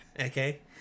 okay